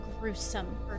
gruesome